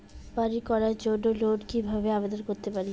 বাড়ি করার জন্য লোন কিভাবে আবেদন করতে পারি?